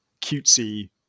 cutesy